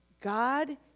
god